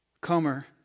Comer